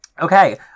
Okay